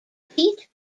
pete